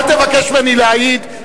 אל תבקש ממני להעיד,